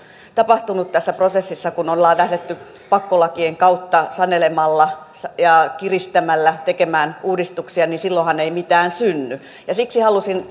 tapahtunut tässä prosessissa kun ollaan lähdetty pakkolakien kautta sanelemalla ja kiristämällä tekemään uudistuksia silloinhan ei mitään synny siksi halusin